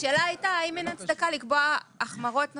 השאלה הייתה אם אין הצדקה לקבוע החמרות נוספות.